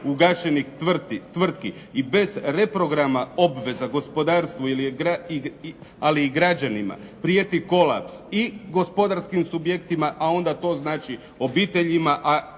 ugašenih tvrtki i bez reprograma obveza gospodarstvu ali i građanima prijeti kolaps i gospodarskim subjektima, a onda to znači obiteljima, a